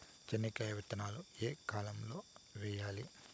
చెనక్కాయ విత్తనాలు ఏ కాలం లో వేయాలి?